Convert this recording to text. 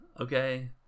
okay